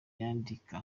yanditse